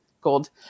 gold